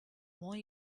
more